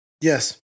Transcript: Yes